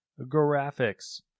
graphics